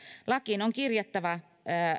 lakiin on kirjattava